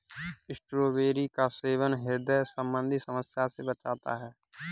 strawberry का सेवन ह्रदय संबंधी समस्या से बचाता है